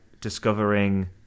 discovering